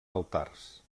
altars